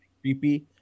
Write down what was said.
creepy